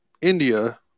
India